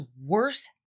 worse